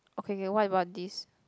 okay K K what about this